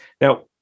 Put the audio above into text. Now